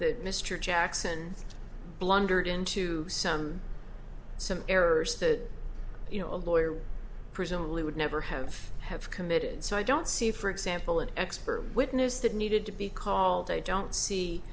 that mr jackson blundered into some some errors that you know a lawyer presumably would never have have committed so i don't see for example an expert witness that needed to be called i don't see